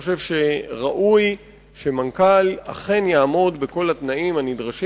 ראוי שמנכ"ל אכן יעמוד בכל התנאים הנדרשים